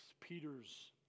Peter's